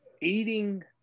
eating